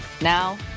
Now